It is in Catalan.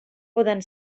poden